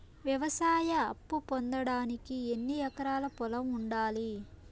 వ్యవసాయ అప్పు పొందడానికి ఎన్ని ఎకరాల పొలం ఉండాలి?